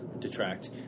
detract